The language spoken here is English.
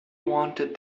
wanted